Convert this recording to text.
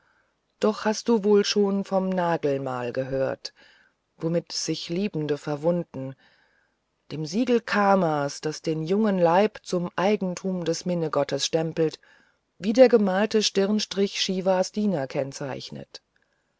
doch hast du wohl schon vom nagelmal gehört womit sich liebende verwunden dem siegel kamas das den jungen leib zum eigentum des minnegottes stempelt wie der gemalte stirnstrich civas diener kennzeichnet